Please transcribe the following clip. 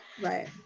Right